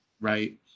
right